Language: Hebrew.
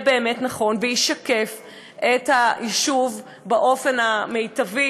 באמת נכון וישקף את היישוב באופן המיטבי,